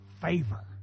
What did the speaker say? favor